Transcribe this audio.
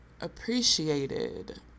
appreciated